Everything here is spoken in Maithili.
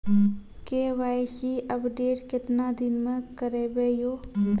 के.वाई.सी अपडेट केतना दिन मे करेबे यो?